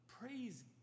Praise